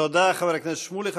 תודה, חבר הכנסת שמולי.